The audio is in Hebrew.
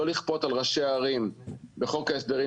לא לכפות על ראשי הערים בחוק ההסדרים